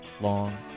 long